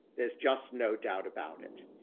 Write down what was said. there's just no doubt about it.